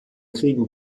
kriegen